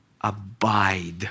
abide